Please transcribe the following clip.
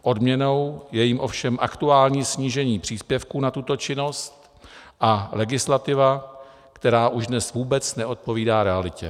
Odměnou je jim ovšem aktuální snížení příspěvku na tuto činnost a legislativa, která už dnes vůbec neodpovídá realitě.